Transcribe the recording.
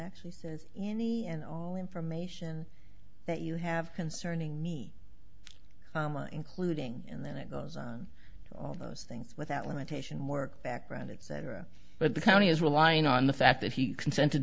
actually says any and all information that you have concerning me including and then it goes on all those things without limitation more background it said but the county is relying on the fact that he consented